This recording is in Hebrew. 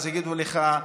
יגידו לך: